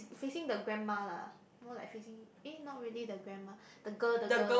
facing the grandma lah more like facing eh not really the grandma the girl the girl